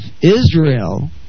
Israel